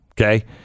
Okay